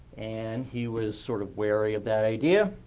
and he was sort of wary of that idea,